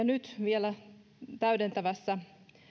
nyt vielä täydentävässä